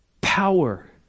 power